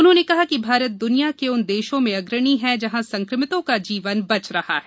उन्होंने कहा कि भारत दुनिया के उन देशों में अग्रणी है जहां संक्रमितों का जीवन बच रहा है